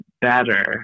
better